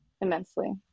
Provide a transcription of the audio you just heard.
immensely